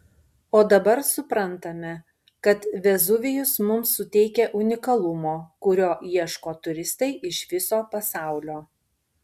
o dabar suprantame kad vezuvijus mums suteikia unikalumo kurio ieško turistai iš viso pasaulio